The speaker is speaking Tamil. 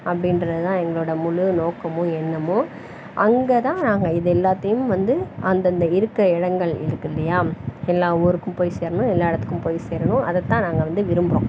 அப்படின்றது தான் எங்களோடய முழு நோக்கமும் எண்ணமும் அங்கேதான் நாங்கள் இது எல்லாத்தையும் வந்து அந்தந்த இருக்கற இடங்கள் இருக்குல்லியா எல்லா ஊருக்கும் போய் சேரணும் எல்லா இடத்துக்கும் போய் சேரணும் அதைத்தான் நாங்கள் வந்து விரும்புகிறோம்